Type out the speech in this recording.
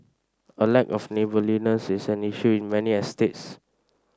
a lack of neighbourliness is an issue in many estates